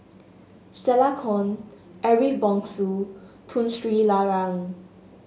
Stella Kon Ariff Bongso Tun Sri Lanang